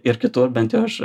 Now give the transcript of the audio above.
ir kitur bent jau aš